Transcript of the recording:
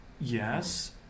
yes